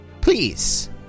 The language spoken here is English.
Please